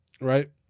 Right